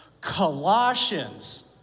Colossians